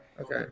Okay